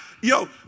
yo